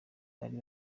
bari